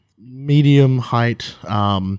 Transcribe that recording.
medium-height